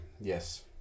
yes